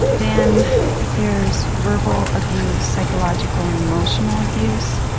then there's verbal abuse, psychological and emotional abuse.